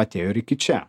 atėjo ir iki čia